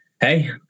hey